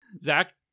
Zach